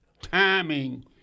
timing